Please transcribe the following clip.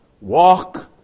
Walk